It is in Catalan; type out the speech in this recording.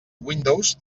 windows